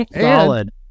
solid